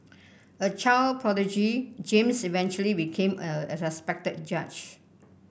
a child prodigy James eventually became a a respected judge